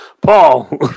Paul